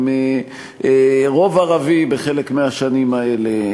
עם רוב ערבי בחלק מהשנים האלה,